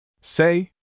Say